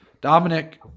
Dominic